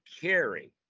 carry